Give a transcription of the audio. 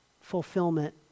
fulfillment